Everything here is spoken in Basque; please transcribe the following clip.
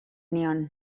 nion